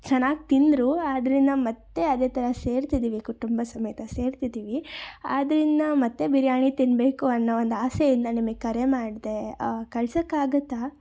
ಚೆನ್ನಾಗಿ ತಿಂದರು ಆದ್ದರಿಂದ ಮತ್ತೆ ಅದೇ ಥರ ಸೇರ್ತಿದ್ದೀವಿ ಕುಟುಂಬ ಸಮೇತ ಸೇರುತ್ತಿದ್ದೀವಿ ಆದ್ದರಿಂದ ಮತ್ತೆ ಬಿರಿಯಾನಿ ತಿನ್ನಬೇಕು ಅನ್ನೋ ಒಂದು ಆಸೆಯಿಂದ ನಿಮಗ್ ಕರೆ ಮಾಡಿದೆ ಕಳಿಸೋಕಾಗುತ್ತಾ